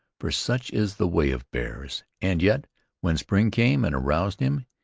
for such is the way of bears, and yet when spring came and aroused him,